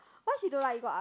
what she don't like ego ah